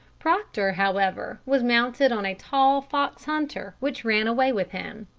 proctor, however, was mounted on a tall fox-hunter which ran away with him.